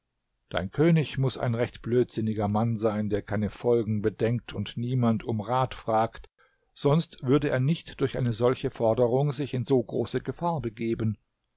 dein könig muß ein recht blödsinniger mann sein der keine folgen bedenkt und niemand um rat fragt sonst würde er nicht durch eine solche forderung sich in so große gefahr begeben